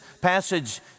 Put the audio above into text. passage